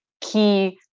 key